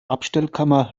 abstellkammer